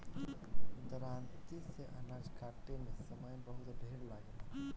दराँती से अनाज काटे में समय बहुत ढेर लागेला